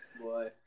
boy